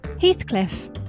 Heathcliff